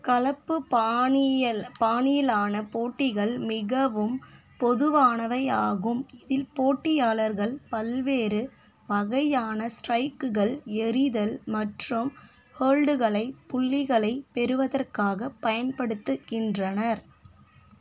கலப்பு பாணியல் பாணியிலான போட்டிகள் மிகவும் பொதுவானவையாகும் இதில் போட்டியாளர்கள் பல்வேறு வகையான ஸ்ட்ரைக்குகள் எறிதல் மற்றும் ஹோல்டுகளை புள்ளிகளை பெறுவதற்காக பயன்படுத்துகின்றனர்